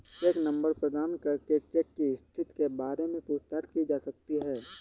check number प्रदान करके cheque की स्थिति के बारे में पूछताछ की जा सकती है